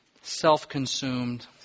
self-consumed